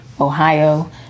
Ohio